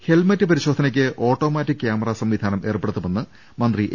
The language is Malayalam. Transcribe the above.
ഹെൽമെറ്റ് പരിശോധനക്ക് ഓട്ടോമാറ്റിക് ക്യാമറാ സംവിധാനം ഏർപ്പെടുത്തുമെന്ന് മന്ത്രി എ